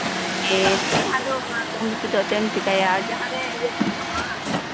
ᱦᱮᱸ ᱦᱮᱸ ᱟᱫᱚ ᱚᱱᱟ ᱠᱚᱢ ᱵᱮᱥᱤᱫᱚ ᱟᱨ ᱪᱮᱫᱼᱮᱢ ᱪᱤᱠᱟᱹᱭᱟ ᱚᱱᱟᱨᱮ ᱤᱭᱟᱹ ᱠᱚ ᱵᱟᱹᱱᱩᱜᱼᱟ